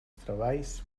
treballs